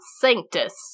Sanctus